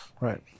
Right